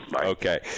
Okay